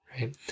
Right